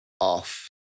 off